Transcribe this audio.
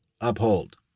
uphold